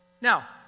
Now